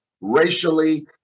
racially